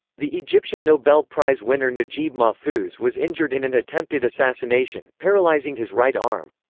the egyptian nobel prize winner najib mahfouz was injured in an attempted assassination, paralyzing his right arm.